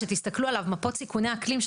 מפות סיכוני אקלים,